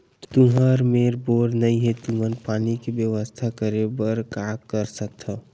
तुहर मेर बोर नइ हे तुमन पानी के बेवस्था करेबर का कर सकथव?